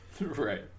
Right